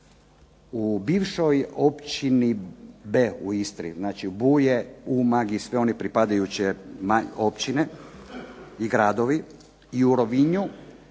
U bivšoj općini B u Istri, znači Buje, one pripadajuće općine i gradovi i u Rovinju